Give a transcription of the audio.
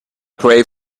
pray